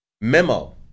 Memo